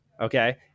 okay